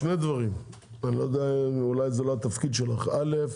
משרד התחבורה, אולי זה לא התפקיד שלך א.